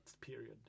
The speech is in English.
period